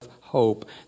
hope